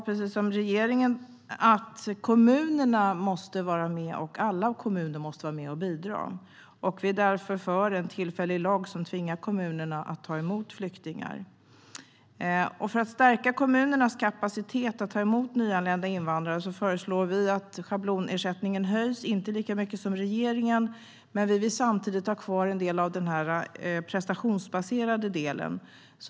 Precis som regeringen är vi inne på att alla kommuner måste vara med och bidra. Vi är därför för en tillfällig lag som tvingar kommunerna att ta emot flyktingar. För att stärka kommunernas kapacitet att ta emot nyanlända invandrare föreslår vi att schablonersättningen höjs, men inte med lika mycket som regeringen föreslår. Samtidigt vill vi dock ha kvar en del av den prestationsbaserade delen.